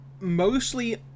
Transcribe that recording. mostly